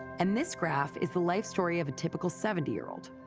and this graph is the life story of a typical seventy year old.